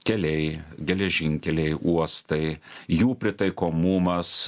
keliai geležinkeliai uostai jų pritaikomumas